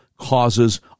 causes